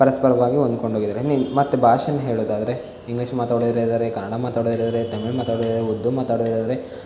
ಪರಸ್ಪರವಾಗಿ ಹೊಂದ್ಕೊಂಡು ಹೋಗಿದ್ದಾರೆ ಮತ್ತೆ ಭಾಷೆನ ಹೇಳೋದಾದ್ರೆ ಇಂಗ್ಲೀಷ್ ಮಾತಾಡೋರಿದ್ದಾರೆ ಕನ್ನಡ ಮಾತಾಡೋರಿದ್ದಾರೆ ತಮಿಳು ಮಾತಾಡೋರಿದ್ದಾರೆ ಉರ್ದು ಮಾತಾಡೋರಿದ್ದಾರೆ